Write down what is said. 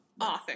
Author